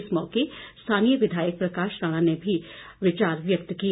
इस मौके स्थानीय विधायक प्रकाश राणा ने भी विचार व्यक्त किए